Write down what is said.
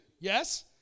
Yes